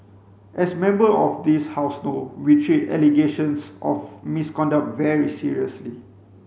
as Member of this House know we treat allegations of misconduct very seriously